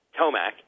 Tomac